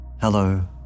Hello